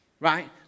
Right